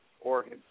organ